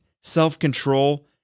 self-control